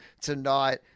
tonight